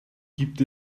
gibt